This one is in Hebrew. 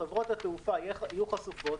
חברות התעופה יהיו חשופות,